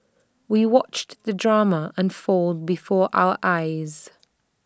we watched the drama unfold before our eyes